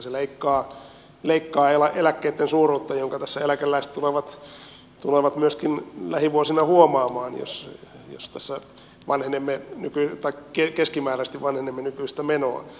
se leikkaa eläkkeitten suuruutta minkä tässä eläkeläiset tulevat myöskin lähivuosina huomaamaan jos keskimääräisesti vanhenemme nykyistä menoa